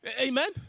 Amen